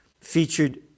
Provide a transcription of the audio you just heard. Featured